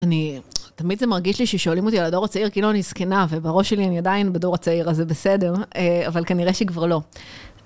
אני, תמיד זה מרגיש לי ששואלים אותי על הדור הצעיר כאילו אני זקנה, ובראש שלי אני עדיין בדור הצעיר, אז זה בסדר, א...אבל כנראה שכבר לא.